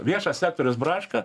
viešas sektorius braška